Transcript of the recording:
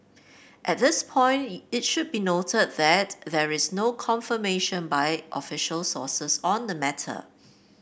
at this point it should be noted that there is no confirmation by official sources on the matter